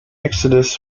exodus